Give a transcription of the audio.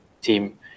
team